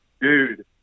dude